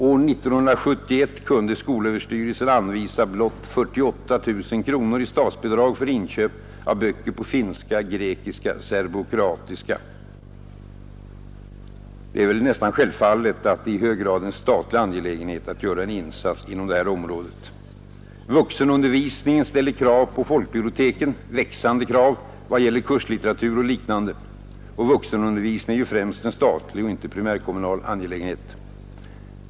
År 1971 kunde skolöverstyrelsen anvisa blott 48 000 kronor i statsbidrag för inköp av böcker på finska, grekiska och serbokroatiska. Självfallet är det i hög grad en statlig angelägenhet att göra en insats på detta område. Vuxenundervisningen ställer växande krav på folkbiblioteken vad gäller kurslitteratur och liknande, och vuxenundervisningen är främst en statlig och inte primärkommunal angelägenhet.